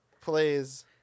plays